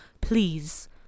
please